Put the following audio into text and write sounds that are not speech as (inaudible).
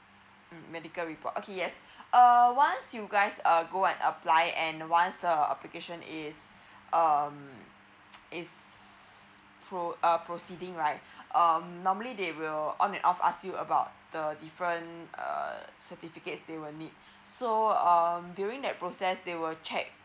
mm medical report okay yes (breath) uh once you guys uh go and apply and once the application is um (noise) it's pro~ a proceeding right (breath) um normally they will on and off ask you about the different uh certificates they will need (breath) so um during that process they will check